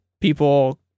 people